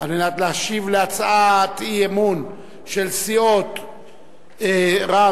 על מנת להשיב על הצעת אי-אמון של סיעות רע"ם-תע"ל,